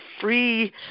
free